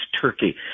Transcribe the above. turkey